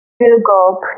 Google